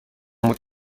بود